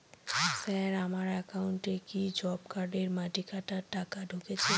Sir আমার একাউন্টে কি জব কার্ডের মাটি কাটার টাকা ঢুকেছে?